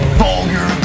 vulgar